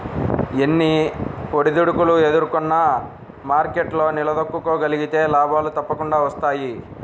ఎన్ని ఒడిదుడుకులు ఎదుర్కొన్నా మార్కెట్లో నిలదొక్కుకోగలిగితే లాభాలు తప్పకుండా వస్తాయి